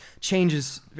changes